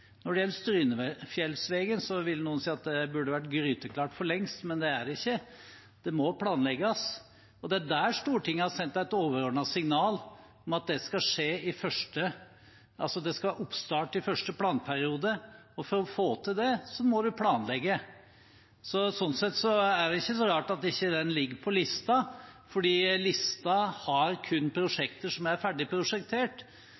Når det gjelder Strynefjellsvegen, vil noen si at det burde vært gryteklart for lengst, men det er det ikke. Det må planlegges. Det er der Stortinget har sendt et overordnet signal om at det skal ha oppstart i første planperiode, og får å få til det, må man planlegge. Sånn sett er det ikke så rart at det ikke ligger på listen, for listen har kun